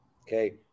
Okay